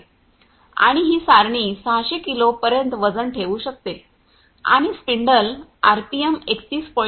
आणि ही सारणी 600 किलो पर्यंत वजन ठेवू शकते आणि स्पिंडल आरपीएम 31